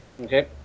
Okay